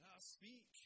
Speak